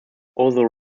although